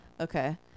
Okay